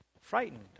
frightened